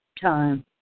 time